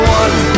one